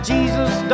Jesus